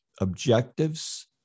objectives